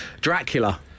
Dracula